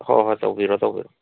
ꯍꯣꯏ ꯍꯣꯏ ꯇꯧꯕꯤꯔꯣ ꯇꯧꯕꯤꯔꯣ